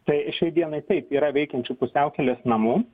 tai šiai dienai taip yra veikiančių pusiaukelės namų